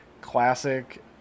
classic